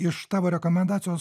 iš tavo rekomendacijos